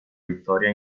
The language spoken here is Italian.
vittoria